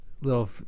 little